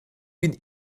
bin